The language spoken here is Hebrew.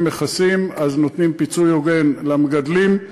מכסים אז נותנים פיצוי הוגן למגדלים,